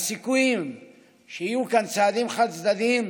והסיכויים שיהיו כאן צעדים חד-צדדיים,